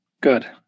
Good